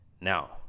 Now